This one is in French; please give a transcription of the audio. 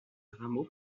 rameaux